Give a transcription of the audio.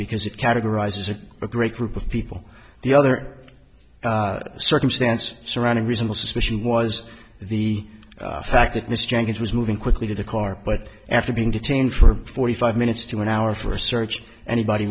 because it categorizes a great group of people the other circumstances surrounding reasonable suspicion was the fact that mr jenkins was moving quickly to the car but after being detained for forty five minutes to an hour for a search anybody